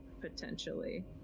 potentially